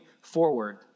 forward